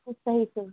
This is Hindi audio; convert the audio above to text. सब कुछ सही से हो